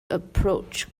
approach